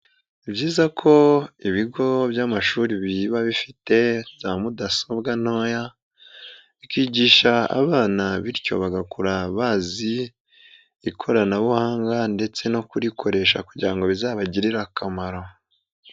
Ni byiza ko ibigo by'amashuri biba bifite za mudasobwa ntoya, bikigisha abana bityo bagakura bazi ikoranabuhanga ndetse no kurikoresha kugira bizabagirire akamaro.